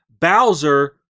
Bowser